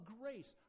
grace